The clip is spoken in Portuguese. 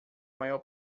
maior